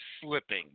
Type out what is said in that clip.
slipping